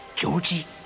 Georgie